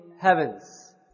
heavens